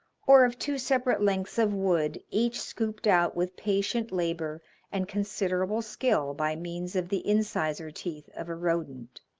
or of two separate lengths of wood, each scooped out with patient labor and considerable skill by means of the incisor teeth of a rodent.